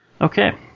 Okay